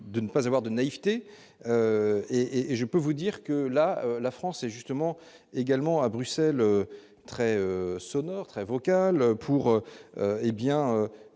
de ne pas avoir de naïveté et et je peux vous dire que la la France est justement également à Bruxelles très sonore, très vocale pour hé bien